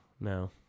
no